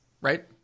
right